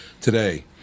today